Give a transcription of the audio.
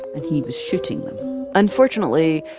and he was shooting them unfortunately,